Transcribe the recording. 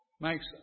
makes